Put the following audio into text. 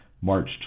March